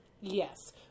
Yes